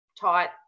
taught